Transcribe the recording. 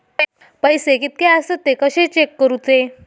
पैसे कीतके आसत ते कशे चेक करूचे?